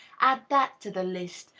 add that to the list,